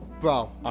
Bro